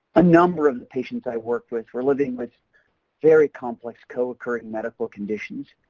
a number of the patients i worked with were living with very complex co-occuring medical conditions,